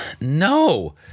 No